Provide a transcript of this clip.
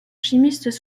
chimistes